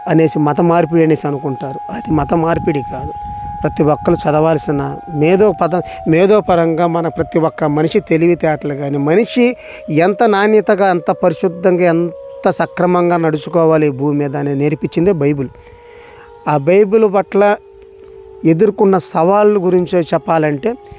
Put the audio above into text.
అనేసి మతమార్పిడి అనేసి అనుకుంటారు అది మతమార్పిడి కాదు ప్రతి ఒక్కళ్ళు చదవాల్సిన మేధో పదం మేధో పరంగా మనం ప్రతి ఒక్క మనిషి తెలివితేటలు గానీ మనిషి ఎంత నాణ్యతగా ఎంత పరిశుద్ధంగా ఎంత సక్రమంగా నడుచుకోవాలి ఈ భూమ్మీద అనేది నేర్పించిందే బైబుల్ ఆ బైబుల్ పట్ల ఎదుర్కున్న సవాళ్ళు గురించి చెప్పాలంటే